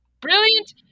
Brilliant